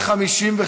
יואל חסון,